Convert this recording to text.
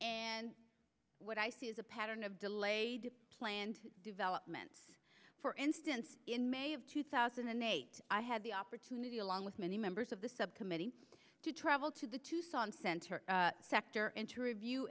and what i see is a pattern of delayed planned developments for instance in may of two thousand and eight i had the opportunity along with many members of the subcommittee to travel to the tucson center sector interview